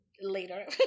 later